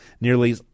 nearly